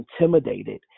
intimidated